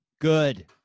Good